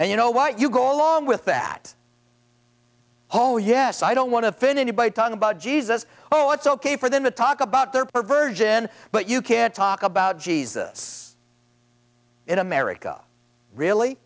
and you know why you go along with that oh yes i don't want to finish by talking about jesus oh it's ok for them to talk about their perversion but you can't talk about jesus in america really